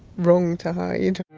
wrong to hide, or,